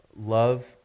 love